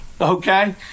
okay